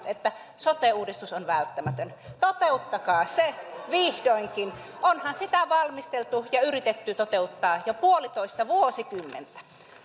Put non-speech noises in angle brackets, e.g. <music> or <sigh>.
<unintelligible> että sote uudistus on välttämätön toteuttakaa se vihdoinkin onhan sitä valmisteltu ja yritetty toteuttaa jo puolitoista vuosikymmentä